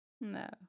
No